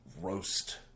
roast